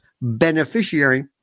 beneficiary